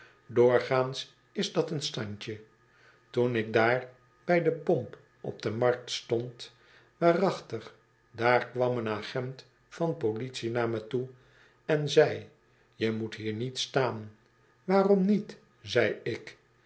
doorgaans is dat een standje toen ik daar bij do pomp op de markt stond waarachtig daar kwam een agent van politie naar me toe en zei je moet hier niet staan waarom niet zei ik